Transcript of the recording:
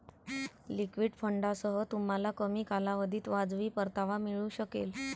liquid फंडांसह, तुम्हाला कमी कालावधीत वाजवी परतावा मिळू शकेल